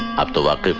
abdul ah